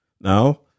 Now